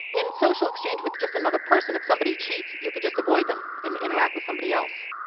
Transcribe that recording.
in social exchange with just another person, if somebody cheats, you could just avoid them and interact with somebody else.